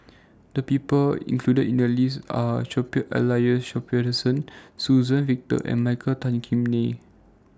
The People included in The list Are Cuthbert Aloysius Shepherdson Suzann Victor and Michael Tan Kim Nei